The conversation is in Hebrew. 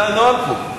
זה הנוהג פה.